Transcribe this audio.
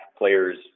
players